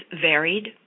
varied